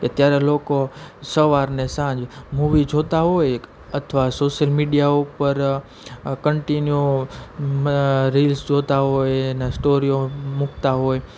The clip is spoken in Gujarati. એ ત્યારે લોકો સવાર અને સાંજ મૂવી જોતાં હોય એક અથવા સોસિયલ મીડિયા ઉપર કન્ટીન્યુ રીલ્સ જોતાં હોય અને સ્ટોરીઓ મૂકતાં હોય